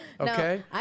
okay